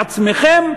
מעצמכם?